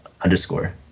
underscore